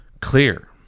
clear